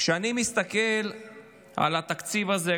כשאני מסתכל על התקציב הזה,